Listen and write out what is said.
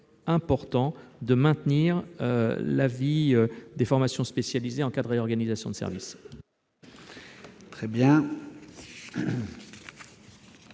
important de maintenir l'avis des formations spécialisées en cas de réorganisation de services.